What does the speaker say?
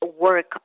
work